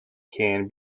can